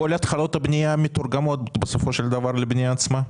כל התחלות הבנייה מתורגמות בסופו של דבר לבנייה עצמה?